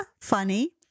funny